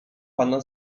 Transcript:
pana